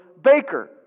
baker